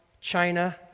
China